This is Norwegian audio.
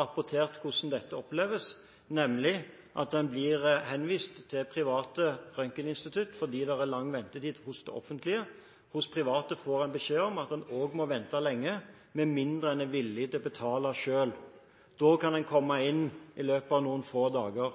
rapportert hvordan dette oppleves, nemlig at en blir henvist til private røntgeninstitutt fordi det er lang ventetid hos det offentlige. Hos private får en også beskjed om at en må vente lenge, med mindre en er villig til å betale selv. Da kan en komme inn i løpet av noen få dager.